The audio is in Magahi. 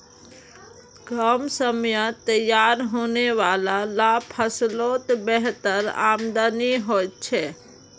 कम समयत तैयार होने वाला ला फस्लोत बेहतर आमदानी होछे